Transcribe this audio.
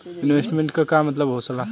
Investment क का मतलब हो ला?